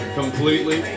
completely